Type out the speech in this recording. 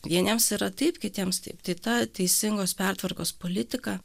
vieniems yra taip kitiems taip tai ta teisingos pertvarkos politika